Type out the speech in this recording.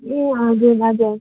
ए हजुर हजुर